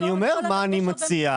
לא, אני אומר מה אני מציע.